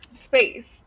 space